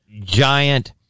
giant